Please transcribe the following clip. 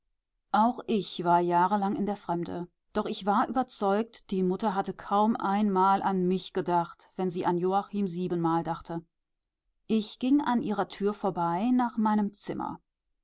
auch ich war jahrelang in der fremde doch ich war überzeugt die mutter hatte kaum einmal an mich gedacht wenn sie an joachim siebenmal dachte ich ging an ihrer tür vorbei nach meinem zimmer